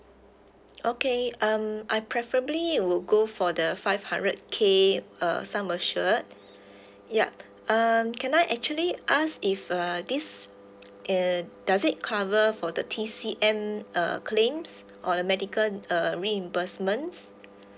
okay um I preferably would go for the five hundred K uh sum assured yup um can I actually ask if uh this uh does it cover for the T_C_M uh claims or the medical uh reimbursements